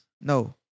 no